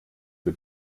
für